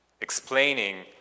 explaining